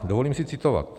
Dovolím si citovat: